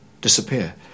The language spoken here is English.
disappear